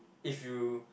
if you